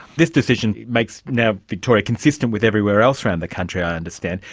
this decision makes now victoria consistent with everywhere else around the country i understand,